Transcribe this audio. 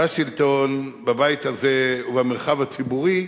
בשלטון, בבית הזה ובמרחב הציבורי,